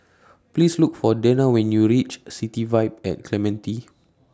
Please Look For Dena when YOU REACH City Vibe At Clementi